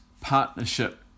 partnership